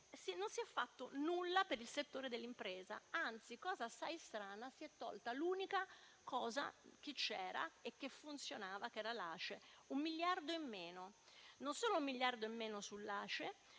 dall'altro lato, per il settore dell'impresa. Anzi, cosa assai strana, si è tolta l'unica cosa che c'era e funzionava, ossia l'ACE: un miliardo in meno. Non solo vi è un miliardo in meno sull'ACE,